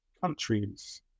countries